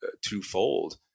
twofold